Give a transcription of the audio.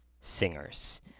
singers